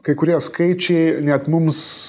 kai kurie skaičiai net mums